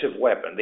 weapon